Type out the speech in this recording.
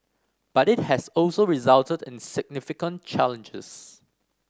but it has also resulted in significant challenges